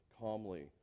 calmly